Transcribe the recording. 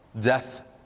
Death